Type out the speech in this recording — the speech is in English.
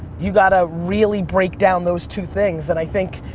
you gotta really break down those two things and i think,